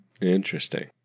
Interesting